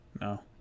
No